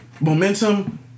Momentum